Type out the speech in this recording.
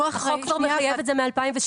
החוק כבר מחייב את זה מ-2012.